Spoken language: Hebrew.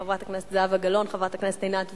חברת הכנסת זהבה גלאון, חברת הכנסת עינת וילף,